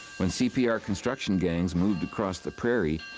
when cpr construction gangs moved across the prairie,